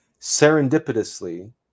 Serendipitously